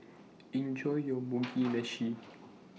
Enjoy your Mugi Meshi